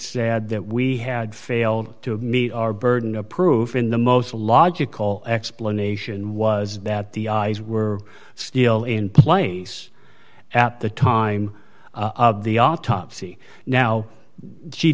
said that we had failed to meet our burden of proof in the most logical explanation was that the eyes were still in place at the time of the autopsy now she